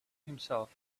himself